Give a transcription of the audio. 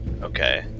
Okay